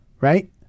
Right